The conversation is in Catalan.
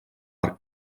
per